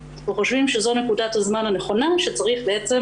אנחנו חושבים שזו נקודת הזמן הנכונה שצריך בעצם